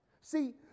see